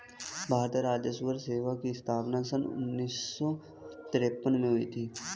भारतीय राजस्व सेवा की स्थापना सन उन्नीस सौ तिरपन में हुई थी